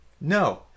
No